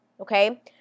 okay